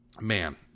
Man